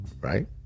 right